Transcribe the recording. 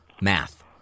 math